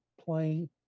playing